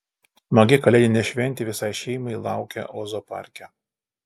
smagi kalėdinė šventė visai šeimai laukia ozo parke